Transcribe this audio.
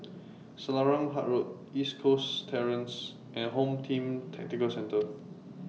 Selarang Park Road East Coast Terrace and Home Team Tactical Centre